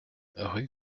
rue